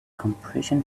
compression